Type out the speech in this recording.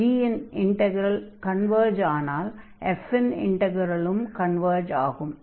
ஆகையால் g இன் integral converge ஆனால் f இன் இன்டக்ரலும் கன்வர்ஜ் ஆகும்